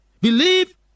Believe